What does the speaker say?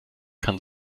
kann